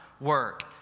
work